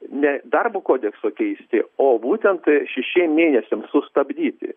ne darbo kodekso keisti o būtent šešiem mėnesiam sustabdyti